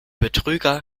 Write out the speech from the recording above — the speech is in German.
betrüger